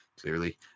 clearly